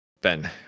Ben